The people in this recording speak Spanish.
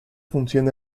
función